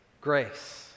Grace